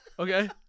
Okay